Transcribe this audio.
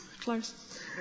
Close